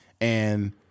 and-